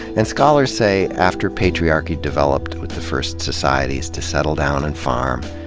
and scholars say, after patriarchy developed with the first societies to settle down and farm,